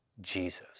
Jesus